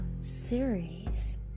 series